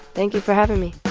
thank you for having me